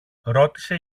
ρώτησε